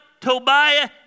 Tobiah